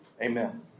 Amen